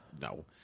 No